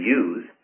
use